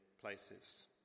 places